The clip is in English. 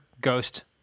Ghost